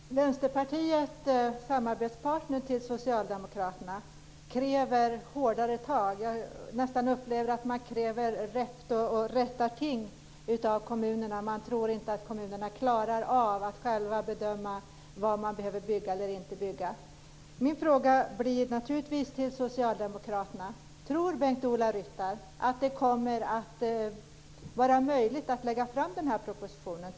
Fru talman! Vänsterpartiet, samarbetspartner till Socialdemokraterna, kräver hårdare tag. Man kräver räfst och rättarting i kommunerna. Man tror inte att kommunerna klarar att själva bedöma vad de behöver bygga. Bengt-Ola Ryttar att det kommer att vara möjligt att lägga fram propositionen?